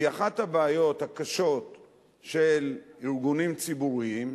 כי אחת הבעיות הקשות של ארגונים ציבוריים,